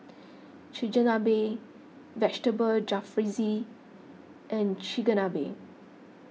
Chigenabe Vegetable Jalfrezi and Chigenabe